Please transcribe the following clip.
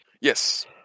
Yes